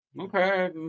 Okay